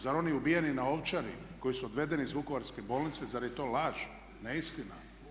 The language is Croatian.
Zar oni ubijeni na Ovčari koji su odvedeni iz Vukovarske bolnice, zar je to laž, neistina?